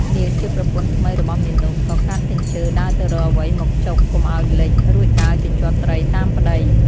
នាងជាប្រពន្ធថ្មីរបស់មាណព ក៏កាន់កញ្ជើដើរទៅរកអ្វីមកចុកកុំឱ្យលេច រួចដើរជញ្ជាត់ត្រីតាមប្តី។